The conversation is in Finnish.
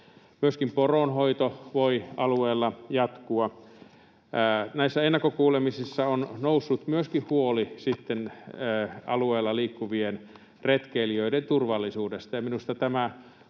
Myöskin poronhoito voi alueella jatkua. Näissä ennakkokuulemisissa on noussut myöskin huoli alueella liikkuvien retkeilijöiden turvallisuudesta,